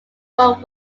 from